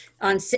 on